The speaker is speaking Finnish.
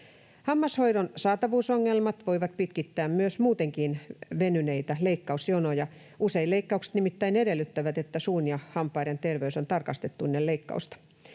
Hammashoidon saatavuusongelmat voivat pitkittää myös muutenkin venyneitä leikkausjonoja. Usein leikkaukset nimittäin edellyttävät, että suun ja hampaiden terveys on tarkastettu ennen leikkausta.